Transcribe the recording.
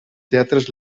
teatres